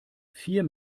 vier